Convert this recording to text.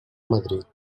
madrid